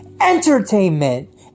Entertainment